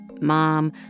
Mom